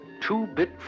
Two-bit